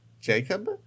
Jacob